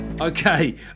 Okay